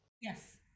yes